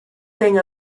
thing